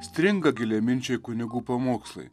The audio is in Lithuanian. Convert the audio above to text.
stringa giliaminčiai kunigų pamokslai